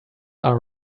are